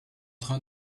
train